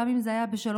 גם אם זה היה ב-03:00,